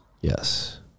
Yes